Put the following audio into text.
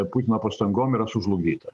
putino pastangom yra sužlugdyta